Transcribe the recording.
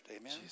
Amen